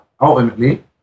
ultimately